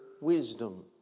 wisdom